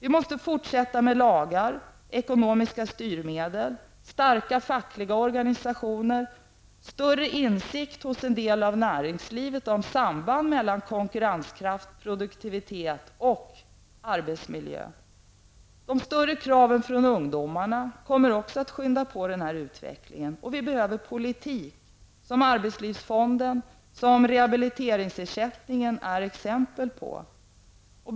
Vi måste fortsätta att arbeta med lagar, ekonomiska styrmedel, starka fackliga organisationer och större insikt hos en del i näringslivet om sambandet mellan konkurrenskraft, produktivitet och arbetsmiljö. Också de ökade kraven från ungdomarna kommer att skynda på detta utvecklingsarbete. Vi behöver också politiska åtgärder, något som arbetslivsfonden och rehabiliteringsersättningen är exempel på.